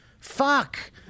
fuck